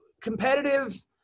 Competitive